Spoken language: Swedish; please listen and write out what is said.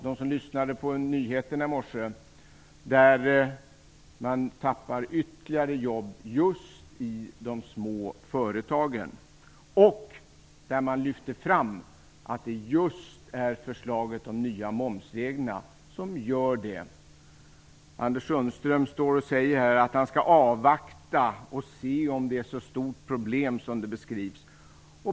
Där framgår att man i just småföretagen tappar ytterligare jobb, att det just är de nya momsreglerna som gör det. Anders Sundström säger att han skall avvakta och se om det är ett så stort problem som det beskrivs.